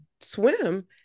swim